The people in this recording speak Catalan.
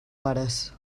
pares